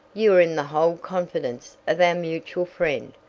you are in the whole confidence of our mutual friend,